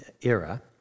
era